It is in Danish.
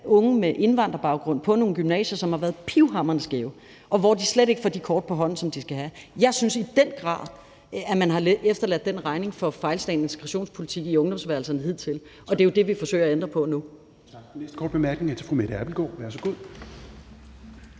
unge med indvandrerbaggrund på nogle gymnasier, som har været pivhamrende skæve, og hvor de slet ikke får de kort på hånden, som de skal have. Jeg synes i den grad, at man har efterladt den regning for fejlslagen integrationspolitik i ungdomsværelserne hidtil, og det er det, vi forsøger at ændre på nu.